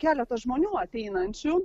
keletą žmonių ateinančių